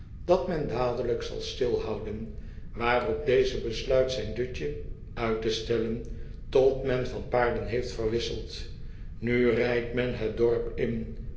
dat men dadelijk zal stilhouden waarop deze besluit zijn dutje uit te stellen tot men van paarden heeft verwisseld nu rijdt men het dorp in